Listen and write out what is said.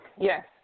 Yes